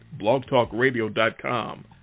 blogtalkradio.com